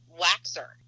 waxer